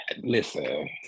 listen